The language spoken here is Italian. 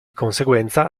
conseguenza